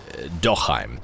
Dochheim